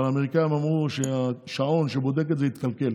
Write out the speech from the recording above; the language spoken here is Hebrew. אבל האמריקאים אמרו שהשעון שבודק את זה התקלקל.